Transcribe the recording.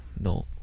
No